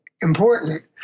important